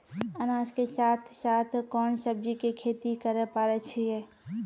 अनाज के साथ साथ कोंन सब्जी के खेती करे पारे छियै?